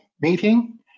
meeting